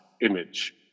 image